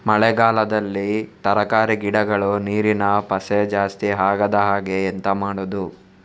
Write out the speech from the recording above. ಮಳೆಗಾಲದಲ್ಲಿ ತರಕಾರಿ ಗಿಡಗಳು ನೀರಿನ ಪಸೆ ಜಾಸ್ತಿ ಆಗದಹಾಗೆ ಎಂತ ಮಾಡುದು?